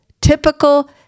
typical